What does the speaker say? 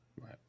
Right